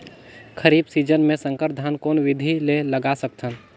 खरीफ season मे संकर धान कोन विधि ले लगा सकथन?